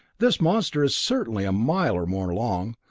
this monster is certainly a mile or more long,